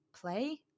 play